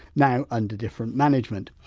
now under different management.